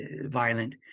violent